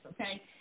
okay